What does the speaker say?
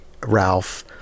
Ralph